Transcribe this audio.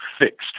fixed